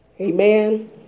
Amen